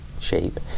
shape